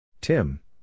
Tim